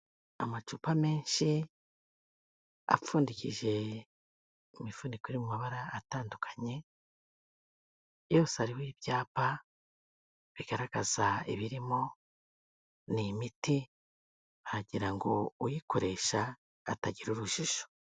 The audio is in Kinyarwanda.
Amacupa menshi, apfundikije imifuniko iri mu mabara atandukanye, yose ariho ibyapa, bigaragaza ibirimo, ni imiti hagira ngo uyikoresha atagira urujijo.